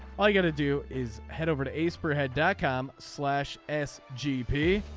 all you got to do is head over to ace per head dot com slash s gp.